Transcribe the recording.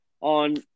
on